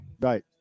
Right